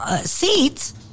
seats